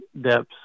depths